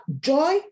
joy